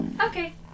Okay